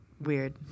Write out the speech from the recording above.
Weird